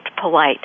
polite